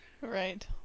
Right